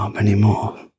anymore